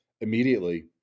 immediately